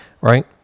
right